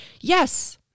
Yes